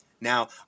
Now